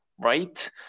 right